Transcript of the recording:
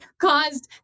caused